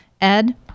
Ed